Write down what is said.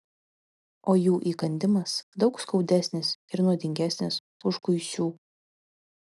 o jų įkandimas daug skaudesnis ir nuodingesnis už kuisių